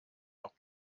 noch